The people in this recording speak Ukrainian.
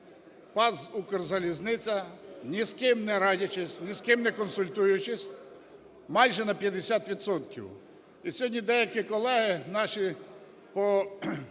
ПАТ "Укрзалізниця", ні з ким не радячись, ні з ким не консультуючись, майже на 50 відсотків. І сьогодні деякі колеги наші по